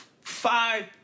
five